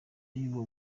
y’ubwo